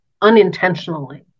unintentionally